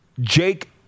Jake